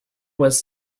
was